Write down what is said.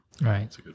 right